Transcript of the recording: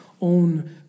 own